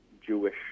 Jewish